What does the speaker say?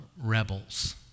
rebels